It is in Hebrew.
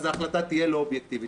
אז ההחלטה תהיה לא אובייקטיבית.